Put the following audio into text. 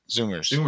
Zoomers